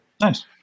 Nice